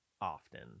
often